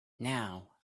now